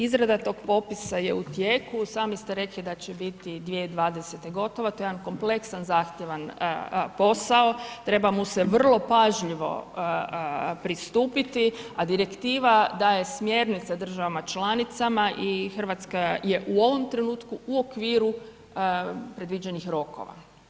Izrada tog popisa je u tijeku, sami ste rekli da će biti 2020. gotovo, to je jedan kompleksan, zahtjevan posao, treba mu se vrlo pažljivo pristupiti a direktiva daje smjernice državama članicama i Hrvatska je u ovom trenutku u okviru predviđenih rokova.